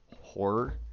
horror